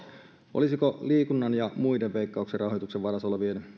olisiko liikunnan ja muiden veikkauksen rahoituksen varassa olevien